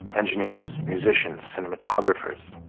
engineers, musicians, cinematographers.